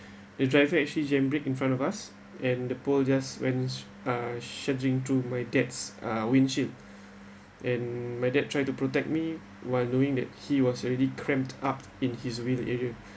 the driver actually jam brake in front of us and the pole just went uh surging to my dad's uh windshield and my dad tried to protect me while doing that he was already cramped up in his wheel area